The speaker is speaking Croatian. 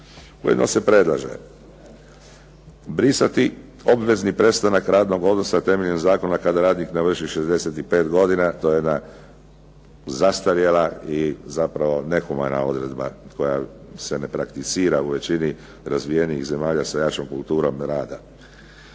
Ujedno se predlaže brisati obvezni prestanak radnog odnosa temeljem zakona kada radnik navrši 65 godina. To je jedna zastarjela i zapravo nehumana odredba koja se ne prakticira u većini razvijenih zemalja sa jačom kulturom rada.